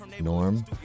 norm